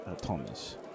Thomas